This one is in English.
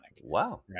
Wow